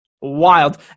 wild